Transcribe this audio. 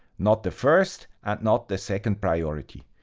not the first and not the second priority.